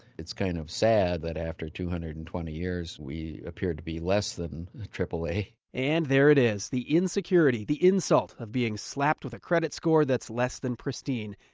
it's kind of sad that after two hundred and twenty years we appear to be less than aaa and there it is. the insecurity, the insult of being slapped with a credit score that's less than pristine.